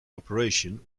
operation